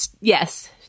Yes